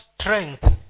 strength